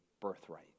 birthright